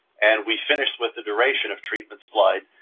and we finish with the duration of treatment slide,